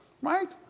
Right